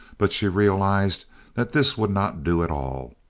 but she realized that this would not do at all.